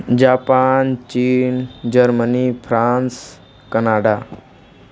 Japan China Germany France Canada